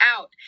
out